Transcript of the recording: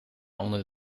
onder